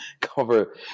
cover